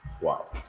Wow